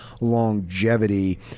longevity